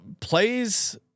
plays